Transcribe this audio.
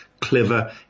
clever